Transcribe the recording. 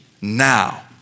now